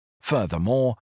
Furthermore